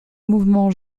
mouvement